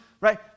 right